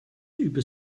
über